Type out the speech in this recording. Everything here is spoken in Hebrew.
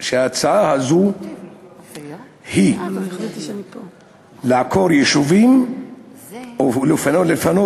שההצעה הזו היא לעקור יישובים או לפנות